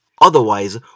Otherwise